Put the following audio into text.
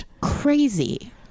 crazy